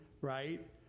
right